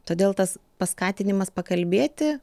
todėl tas paskatinimas pakalbėti